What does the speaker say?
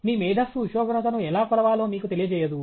మీ మేధస్సు ఉష్ణోగ్రతను ఎలా కొలవాలో మీకు తెలియజేయదు